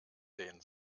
sehen